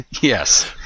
Yes